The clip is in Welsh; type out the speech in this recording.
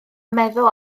meddwl